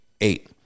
eight